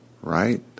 Right